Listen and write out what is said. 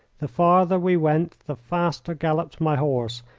the farther we went the faster galloped my horse,